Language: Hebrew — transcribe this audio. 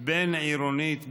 בין-עירונית בלבד,